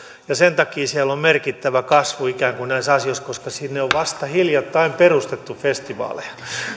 ja sen takia siellä on merkittävä kasvu ikään kuin näissä asioissa koska sinne on vasta hiljattain perustettu festivaaleja